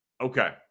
Okay